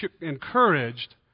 encouraged